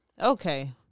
Okay